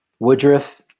Woodruff